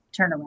turnaround